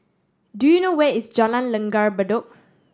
do you know where is Jalan Langgar Bedok